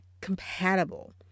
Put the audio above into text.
compatible